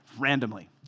randomly